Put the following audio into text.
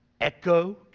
echo